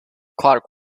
clarke